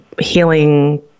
healing